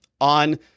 on